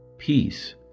peace